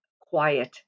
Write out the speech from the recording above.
quiet